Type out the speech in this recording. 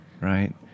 Right